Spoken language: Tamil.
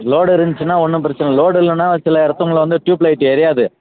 லோடு இருந்துச்சுனா ஒன்றும் பிரச்சின லோடு இல்லைனா சில இடத்துங்கள வந்து ட்யூப் லைட் எரியாது